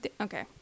okay